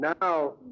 now